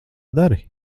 dari